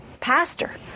pastor